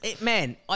man